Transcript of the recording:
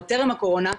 עוד טרם הקורונה,